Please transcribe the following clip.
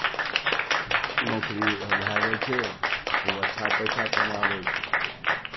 नौकरी भए जाइ छै तऽ ओ अच्छा पैसा कमाबै छै